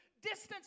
Distance